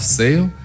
sale